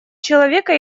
человека